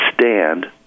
stand